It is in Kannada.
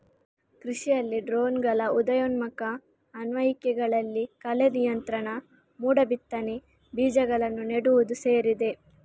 ಕೃಷಿಯಲ್ಲಿ ಡ್ರೋನುಗಳ ಉದಯೋನ್ಮುಖ ಅನ್ವಯಿಕೆಗಳಲ್ಲಿ ಕಳೆ ನಿಯಂತ್ರಣ, ಮೋಡ ಬಿತ್ತನೆ, ಬೀಜಗಳನ್ನು ನೆಡುವುದು ಸೇರಿದೆ